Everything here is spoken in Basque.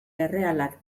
errealak